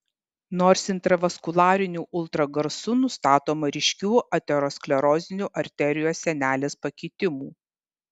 nors intravaskuliniu ultragarsu nustatoma ryškių aterosklerozinių arterijos sienelės pakitimų